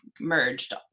merged